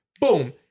Boom